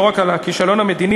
לא רק על הכישלון המדיני,